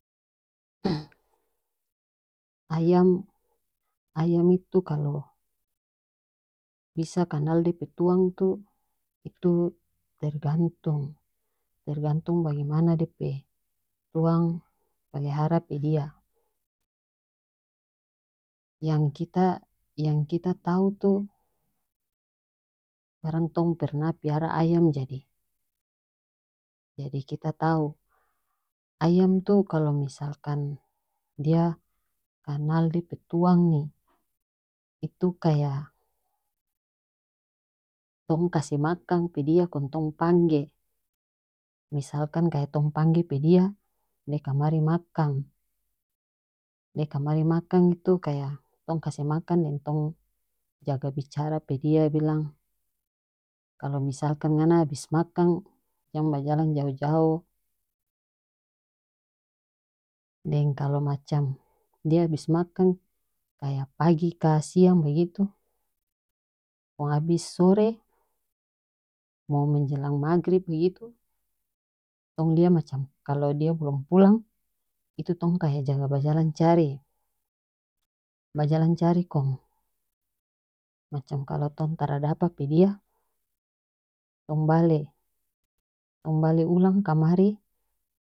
ayam-ayam itu kalo bisa kanal dia pe tuang tu itu tergantung tergantung bagimana dia pe tuang palihara pe dia yang kita-yang kita tahu tu barang tong pernah piara ayam jadi-jadi kita tahu ayam tu kalu misalkan dia kanal dia pe tuang ni itu kaya tong kase makang pe dia kong tong pangge misalkan kaya tong pangge pe dia dia kamari makang dia kamari makang itu kaya tong kase makan deng tong jaga bicara pe dia bilang kalu misalkan ngana abis makang jang bajalang jao jao deng kalo macam dia abis makang kaya pagi ka siang bagitu kong abis sore mo menjelang maghrib bagitu tong lia macam kalo dia bolom pulang itu tong kaya jaga bajalang cari bajalang cari kong macam kalo tong tara dapa pe dia tong bale tong bale ulang kamari.